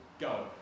go